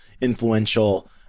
influential